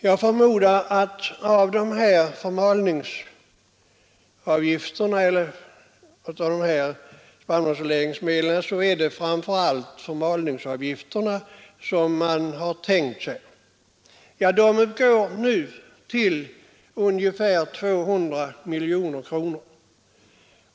Jag förmodar att motionärerna när de talar om spannmålsregleringsmedlen framför allt har tänkt på förmalningsavgifterna. Dessa uppgår nu till ungefär 200 miljoner kronor.